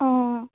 অঁ